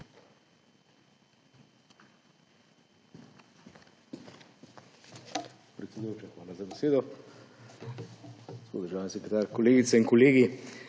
hvala za besedo. Gospod državni sekretar, kolegice in kolegi!